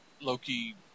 Loki